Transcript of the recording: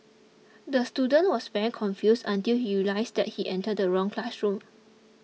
the student was very confused until he realised he entered the wrong classroom